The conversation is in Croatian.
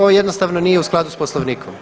Ovo jednostavno nije u skladu sa Poslovnikom.